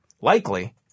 likely